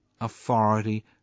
authority